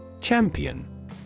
Champion